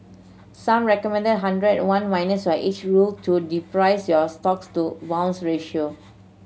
some recommend the hundred one minus your age rule to derive your stocks to bonds ratio